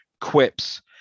quips